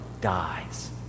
dies